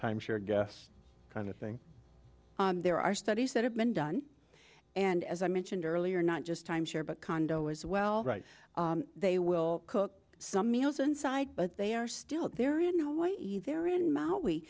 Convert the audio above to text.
timeshare gas kind of thing there are studies that have been done and as i mentioned earlier not just timeshare but condo as well right they will cook some meals inside but they are still there in hawaii they're in maui